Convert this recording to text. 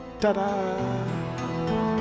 Ta-da